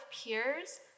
peers